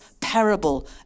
parable